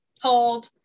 Hold